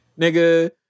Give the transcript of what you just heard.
nigga